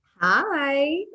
Hi